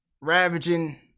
ravaging